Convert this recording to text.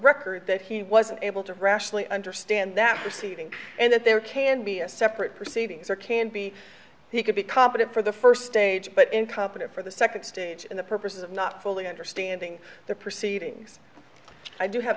record that he was able to rationally understand that proceeding and that there can be a separate proceedings or can be he could be competent for the first stage but incompetent for the second stage in the purposes of not fully understanding the proceedings i do have